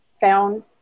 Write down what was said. found